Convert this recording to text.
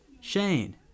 Shane